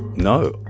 no,